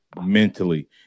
mentally